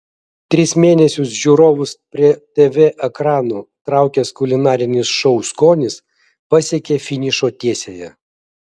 tris mėnesius žiūrovus prie tv ekranų traukęs kulinarinis šou skonis pasiekė finišo tiesiąją